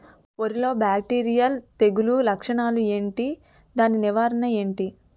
వరి లో బ్యాక్టీరియల్ తెగులు లక్షణాలు ఏంటి? దాని నివారణ ఏంటి?